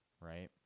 right